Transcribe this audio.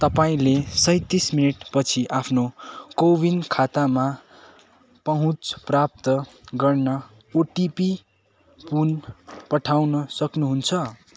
तपाईँँले सैँतिस मिनट पछि आफ्नो कोविन खातामा पहुँच प्राप्त गर्न ओटिपी पुन पठाउन सक्नु हुन्छ